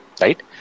right